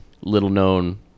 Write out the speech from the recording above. little-known